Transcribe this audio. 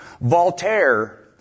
Voltaire